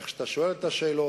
איך שאתה שואל את השאלות,